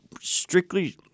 strictly